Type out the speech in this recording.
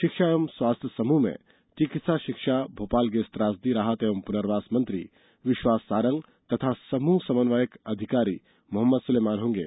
शिक्षा एवं स्वास्थ्य समूह में चिकित्सा शिक्षा भोपाल गैस त्रासदी राहत एवं पुनर्वास मंत्री विश्वास सारंग तथा समूह समन्वयक अधिकारी मोहम्मद सुलेमान होंगे